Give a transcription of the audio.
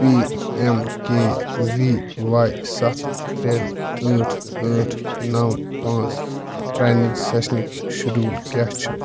P M K V Y سَتھ ترٛےٚ ٲٹھ ٲٹھ نَو پانٛژھ ٹرٛینِنٛگ سٮ۪شنٕکۍ شِڈیوٗل کیٛاہ چھُ